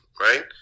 right